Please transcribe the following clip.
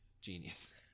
Genius